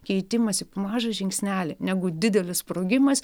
keitimąsi po mažą žingsnelį negu didelis sprogimas